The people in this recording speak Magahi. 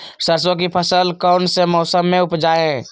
सरसों की फसल कौन से मौसम में उपजाए?